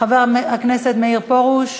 חבר הכנסת מאיר פרוש,